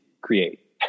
create